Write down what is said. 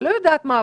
לא יודעת מה,